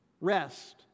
rest